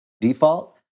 default